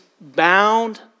bound